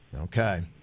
Okay